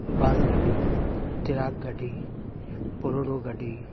ᱵᱟᱥ ᱜᱟᱹᱰᱤ ᱴᱮᱨᱟᱠ ᱜᱟᱹᱰᱤ ᱵᱷᱳᱞᱮᱨᱳ ᱜᱟᱹᱰᱤ